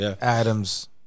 Adams